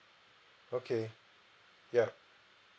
okay ya